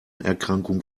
erkrankung